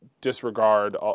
disregard